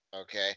Okay